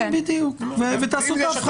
בדיוק, ותעשו את ההבחנה.